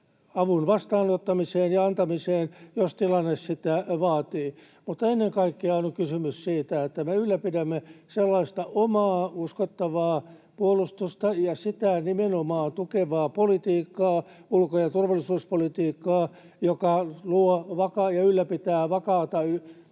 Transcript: avun vastaanottamiseen ja antamiseen, jos tilanne sitä vaatii. Mutta ennen kaikkeahan on kysymys siitä, että me ylläpidämme sellaista omaa uskottavaa puolustusta ja nimenomaan sitä tukevaa politiikkaa, ulko- ja turvallisuuspolitiikkaa, joka luo ja ylläpitää vakaata